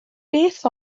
beth